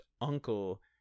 uncle